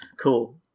cool